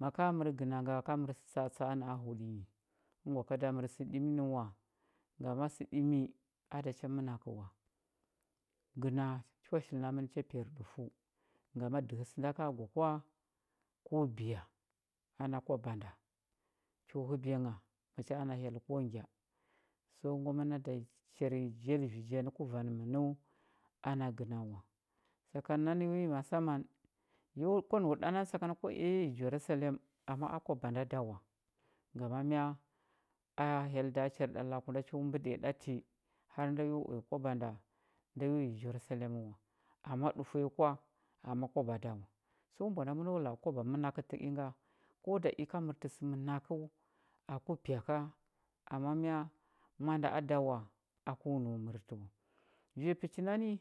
ma ka mər gəna nga ka mər sə tsa atsa a na huɗə nyi əngwa ka da mər sə ɗimi ə wa ngama sə ɗimi a da cha mənakə wa gəna cho shili na mən cha piyarɗufəu ngama dəhə sə nda ka gwa kwa ko biya ana kwaba da cho həbiya ngfha macha ana hyell ko ngya so ngwa məna da char nyi jalvi ja nə kuvanmənəu ana gəna wa sakan nani wi massamman yo kwa nau ɗa nanə sakan kwa i ya ya yi jerusalem ama a kwaba da da wa ngama mya a hyell da char ɗa laku nda cho mbəɗiya ɗa ti har nda yo uya kwaba nda yo yi jerusalem wa ama ɗufwa ya kwa ama kwaba ɗa wa so mbwa nda məno la a kwaba mənakə tə inga ko da i ka mərtə sə ənakəu aku pya ka ama mya manda da a ako nau mərtə wa vanya pəchi nani,